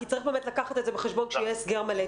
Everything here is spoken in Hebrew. כי צריך באמת לקחת את זה בחשבון כשיהיה הסגר מלא.